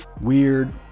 weird